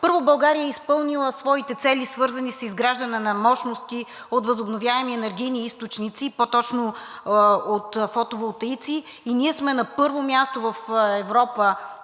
първо, България е изпълнила своите цели, свързани с изграждане на мощности от възобновяеми енергийни източници, по-точно от фотоволтаици, и ние сме на първо място в Европа